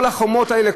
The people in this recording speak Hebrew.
כל החומות האלה,